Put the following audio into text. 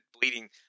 bleeding